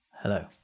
hello